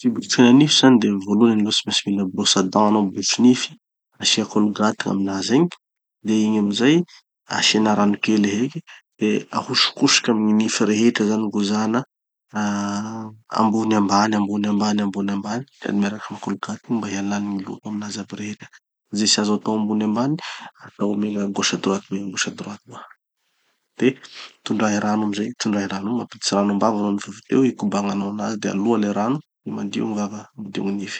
Gny fribrosiana nify zany gny volohany aloha tsy maintsy mila brosse à dents hanao, borosy nify. Asia colgate gn'aminazy egny, de igny amizay asiana rano kely heky, de ahosokosoky amy gny nify rehetra zany, gozana ah ambony ambany ambony ambany ambony ambany, da miaraky amy colgate igny mba hialan'ny gny loto aminazy aby rehetra. Ze tsy azo atao ambony ambany, atao megna gauche à droite megna gauche à droite koa. De tondrahy rano amizay; tondrahy rano io mampiditsy rano ambava hanao. Nofavy teo igny ikobagnanao anazy de aloa le rano de madio gny vava madio gny nify.